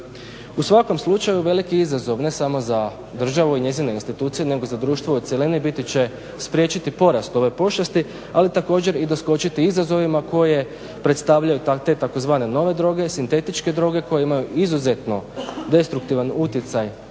U svakom slučaju veliki izazov ne samo za državu i njezine institucije nego i za društvo u cjelini biti će spriječiti porast ove pošasti ali također i doskočiti izazovima koje predstavljaju te tzv. nove droge, sintetičke droge koje imaju izuzetno destruktivan utjecaj